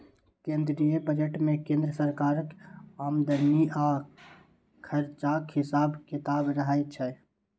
केंद्रीय बजट मे केंद्र सरकारक आमदनी आ खरचाक हिसाब किताब रहय छै